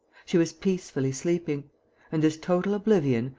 she was peacefully sleeping and this total oblivion,